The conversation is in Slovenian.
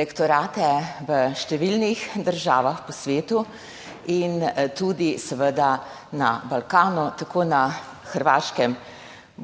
lektorate v številnih državah po svetu in tudi seveda na Balkanu, tako na Hrvaškem,